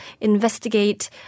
investigate